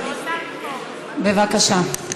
בבקשה.